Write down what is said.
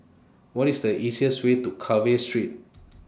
What IS The easiest Way to Carver Street